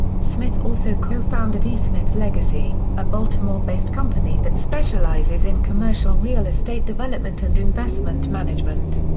smith also co-founded esmith legacy, a baltimore-based company that specializes in commercial real estate development and investment management.